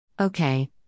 Okay